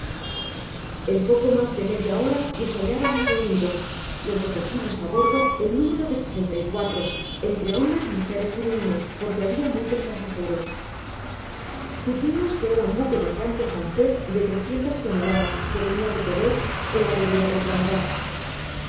en poco mas de media hora nos hallamos reunidos los recogimos á bordo en número de sesenta y cuatro entre hombres mujeres y niños porque habia muchos pasageros supimos que era un buque mercante francés de trescientas toneladas que venia de quebec en la ribera del canadá